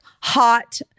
hot